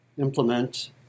implement